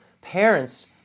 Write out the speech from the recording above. parents